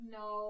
no